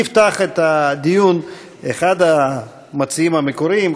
יפתח את הדיון אחד המציעים המקוריים,